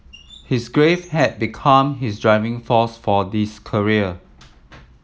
his grief had become his driving force for this career